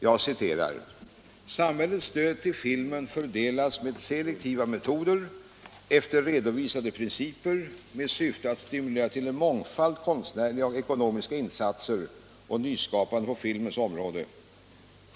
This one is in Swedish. Jag citerar: ”Samhällets stöd till filmen fördelas med selektiva metoder, efter redovisade principer, med syfte att stimulera till en mångfald konstnärliga och ekonomiska insatser och nyskapande på filmens område.